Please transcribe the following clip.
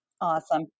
Awesome